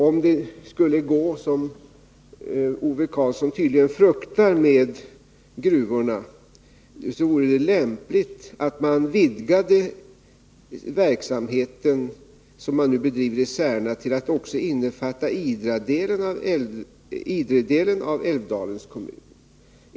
Om det skulle gå som Ove Karlsson tydligen fruktar med gruvorna, vore det lämpligt att man vidgade den verksamhet som nu bedrivs i Särna till att också innefatta Idredelen av Älvdalens kommun.